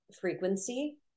frequency